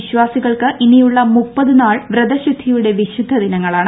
വിശ്വാസികൾക്ക് ഇനിയുള്ള മുപ്പത് നാൾ വ്രതശുദ്ധിയുടെ വിശുദ്ധ ദിനങ്ങളാണ്